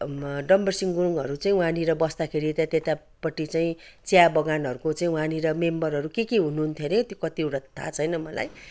डम्बरसिङ गुरुङहरू चाहिँ वहाँनिर बस्दाखेरि चाहिँ त्यतापट्टि चाहिँ चियाबगानहरूको चाहिँ वहाँनिर मेम्बरहरू के के हुनुहुन्थ्यो अरे त्यो कतिवटा त थाहा छैन मलाई